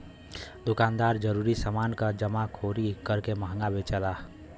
दुकानदार जरूरी समान क जमाखोरी करके महंगा बेचलन